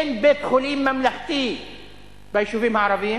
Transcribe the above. אין בית-חולים ממלכתי ביישובים הערביים.